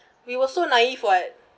we were so naive what